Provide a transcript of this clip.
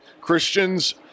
Christians